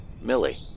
Millie